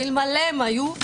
ואלמלא היו,